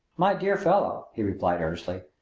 my dear fellow, he replied earnestly,